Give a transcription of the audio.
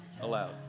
allowed